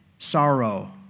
sorrow